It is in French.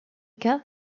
cas